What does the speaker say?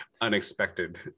unexpected